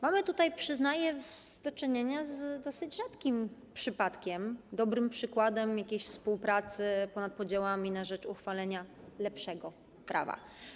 Mamy tutaj, przyznaję, do czynienia z dosyć rzadkim przypadkiem: z dobrym przykładem współpracy ponad podziałami na rzecz uchwalenia lepszego prawa.